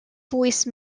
voice